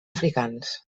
africans